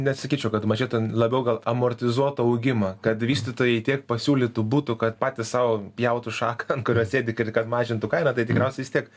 nesakyčiau kad mažėtų labiau gal amortizuotą augimą kad vystytojai tiek pasiūlytų butų kad patys sau pjautų šaką ant kurios sėdi kad mažintų kainą tai tikriausiai vis tiek